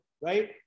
right